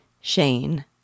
Shane